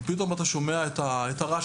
ופתאום אתה שומע את הרעש.